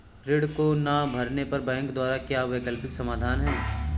ऋण को ना भरने पर बैंकों द्वारा क्या वैकल्पिक समाधान हैं?